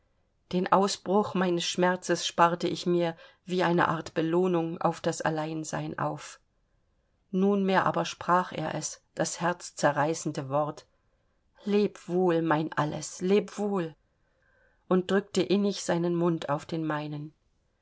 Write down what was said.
den ausbruch meines schmerzes sparte ich mir wie eine art belohnung auf das alleinsein auf nunmehr aber sprach er es das herzzerreißende wort leb wohl mein alles leb wohl und drückte innig seinen mund auf den meinen